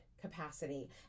capacity